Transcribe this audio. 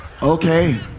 Okay